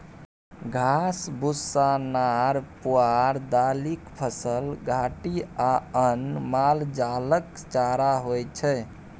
घास, भुस्सा, नार पुआर, दालिक फसल, घाठि आ अन्न मालजालक चारा होइ छै